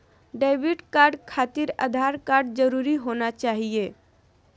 Debit card खातिर Aadhaar card जरूरी होना चाहिए?